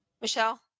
Michelle